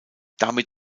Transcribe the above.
damit